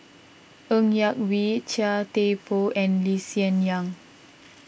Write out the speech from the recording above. Ng Yak Whee Chia Thye Poh and Lee Hsien Yang